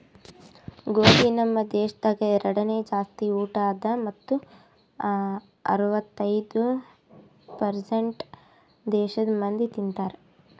ಗೋದಿ ನಮ್ ದೇಶದಾಗ್ ಎರಡನೇ ಜಾಸ್ತಿ ಊಟ ಅದಾ ಮತ್ತ ಅರ್ವತ್ತೈದು ಪರ್ಸೇಂಟ್ ದೇಶದ್ ಮಂದಿ ತಿಂತಾರ್